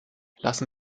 lassen